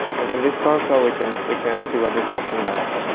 and in this console, we can we can see what this function does.